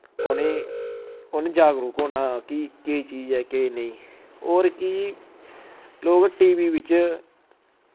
उ'नेंगी उनें जागरूक होना कि केह् चीज ऐ केह् नेईं होर कि लोक टी वी बिच्च